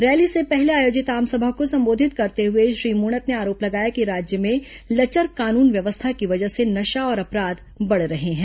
rally से पहले आयोजित आमसभा को संबोधित करते हुए श्री मूणत ने आरोप लगाया कि राज्य में लचर कानून व्यवस्था की वजह से नशा और अपराध बढ़ रहे हैं